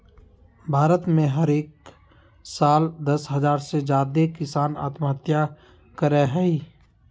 भारत में हरेक साल दस हज़ार से ज्यादे किसान आत्महत्या करय हय